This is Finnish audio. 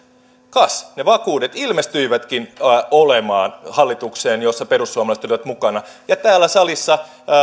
kas ne vakuudet ilmestyivätkin olemaan hallitukseen jossa perussuomalaiset olivat mukana täällä salissa